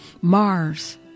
Mars